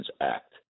Act